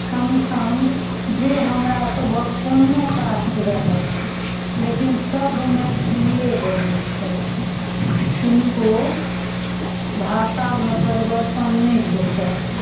संग जे हमरा सभक कोनो कास्ट रहथि लेकिन सभ मैथिलिये बजै छथि किनको भाषामे परिवर्तन नहि भेटत